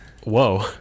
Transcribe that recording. Whoa